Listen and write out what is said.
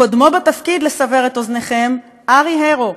קודמו בתפקיד, לסבר את אוזניכם, ארי הרו,